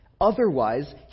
Otherwise